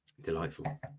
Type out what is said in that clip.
Delightful